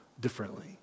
differently